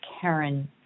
Karen